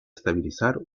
estabilizar